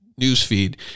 newsfeed